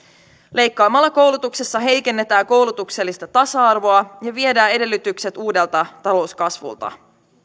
leikkaamalla koulutuksesta heikennetään koulutuksellista tasa arvoa ja viedään edellytykset uudelta talouskasvulta